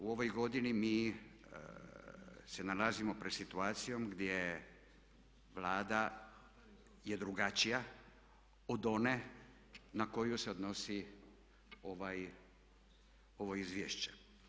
U ovoj godini mi se nalazimo pred situacijom gdje Vlada je drugačija od one na koju se odnosi ovo izvješće.